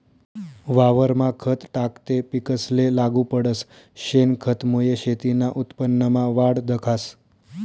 वावरमा खत टाकं ते पिकेसले लागू पडस, शेनखतमुये शेतीना उत्पन्नमा वाढ दखास